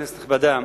כנסת נכבדה,